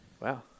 Wow